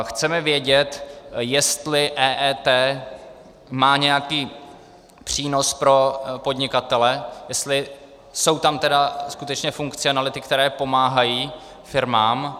Chceme vědět, jestli EET má nějaký přínos pro podnikatele, jestli jsou tam tedy skutečně funkcionality, které pomáhají firmám.